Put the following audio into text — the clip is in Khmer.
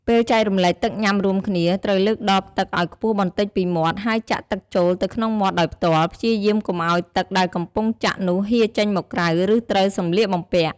ពេលចែករំលែកទឹកញ៊ាំរួមគ្នា ត្រូវលើកដបទឹកឲ្យខ្ពស់បន្តិចពីមាត់ ហើយចាក់ទឹកចូលទៅក្នុងមាត់ដោយផ្ទាល់ ព្យាយាមកុំឱ្យទឹកដែលកំពុងចាក់នោះហៀរចេញមកក្រៅ ឬត្រូវសម្លៀកបំពាក់។